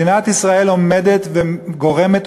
מדינת ישראל עומדת וגורמת,